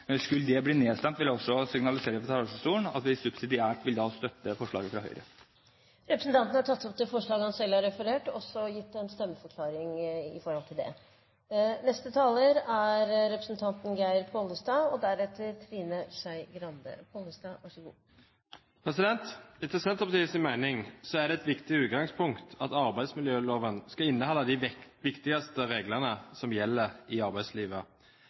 skulle det bli nedstemt, vil vi subsidiært støtte forslaget fra Høyre. Representanten Robert Eriksson har tatt opp det forslaget han refererte til, og har også gitt en stemmeforklaring. Etter Senterpartiets mening er det et viktig utgangspunkt at arbeidsmiljøloven skal inneholde de viktigste reglene som gjelder i arbeidslivet.